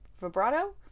Vibrato